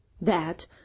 That